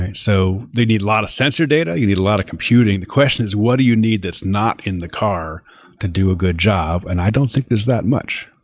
so they need lot of sensor data. you need a lot of computing. the question is what do you need that's not in the car to do a good job? and i don't think there's that much.